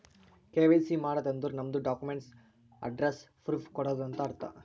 KYC ಮಾಡದ್ ಅಂದುರ್ ನಮ್ದು ಡಾಕ್ಯುಮೆಂಟ್ಸ್ ಅಡ್ರೆಸ್ಸ್ ಪ್ರೂಫ್ ಕೊಡದು ಅಂತ್ ಅರ್ಥ